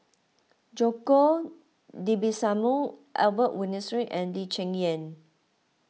Djoko Dibisono Albert Winsemius and Lee Cheng Yan